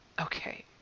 Okay